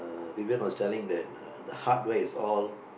Vivian was telling that the hardware is all